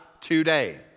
today